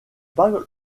pas